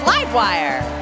Livewire